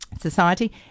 society